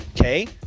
Okay